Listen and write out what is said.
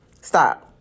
Stop